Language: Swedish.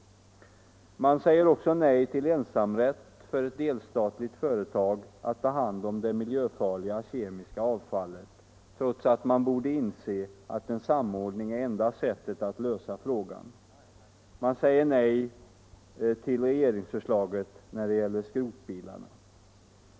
Vidare säger man nej till ensamrätt för ett delstatligt företag att ta hand om det miljöfarliga kemiska avfallet, trots att man borde inse att en samordning är enda sättet att lösa frågan. Man säger slutligen nej till regeringsförslaget när det gäller skrotbilarna.